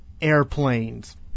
Airplanes